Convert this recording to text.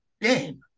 game